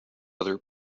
other